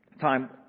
time